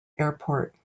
airport